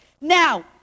Now